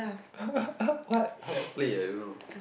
what how to play I don't know